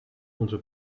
onze